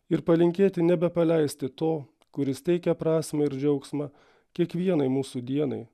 ir palinkėti nebepaleisti to kuris teikia prasmę ir džiaugsmą kiekvienai mūsų dienai